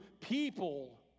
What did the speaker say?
people